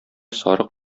сарык